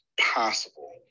possible